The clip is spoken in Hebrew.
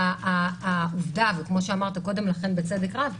כמו שאמרת קודם לכן בצדק רב,